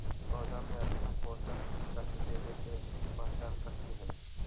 पौधा में अच्छा पोषक तत्व देवे के पहचान कथी हई?